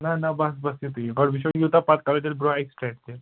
نہَ نہَ بَس بس یِتُے گۄڈٕ وُچھو یوٗتاہ پَتہٕ کَرو تیٚلہِ برٛۅنٛہہ ایکسپٮ۪کٹ تہِ